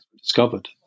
discovered